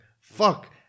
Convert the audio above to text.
fuck